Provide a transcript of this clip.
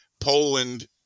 Poland